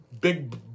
big